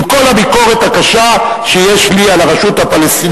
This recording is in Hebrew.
עם כל הביקורת הקשה שיש לי על הרשות הפלסטינית,